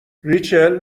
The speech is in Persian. ریچل